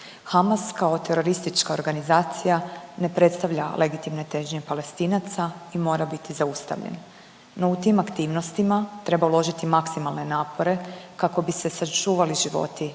Hamas kao teroristička organizacija ne predstavlja legitimne težnje Palestinaca i mora biti zaustavljen, no u tim aktivnostima treba uložiti maksimalne napore kako bi se sačuvali životi